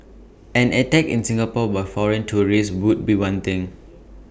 an attack in Singapore by foreign terrorists would be one thing